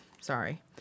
Sorry